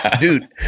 dude